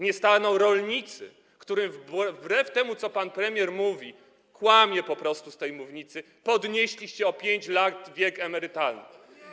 Nie staną rolnicy, którym wbrew temu, co pan premier mówi, po prostu kłamiąc z tej mównicy, podnieśliście o 5 lat wiek emerytalny.